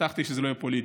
והבטחתי שזה לא פוליטי: